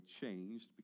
changed